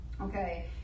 okay